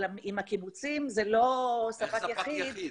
אבל הקיבוצים הם לא ספק יחיד -- איך ספק יחיד?